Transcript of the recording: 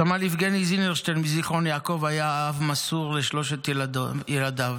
סמל יבגני זינרשיין מזיכרון יעקב היה אב מסור לשלושת ילדיו.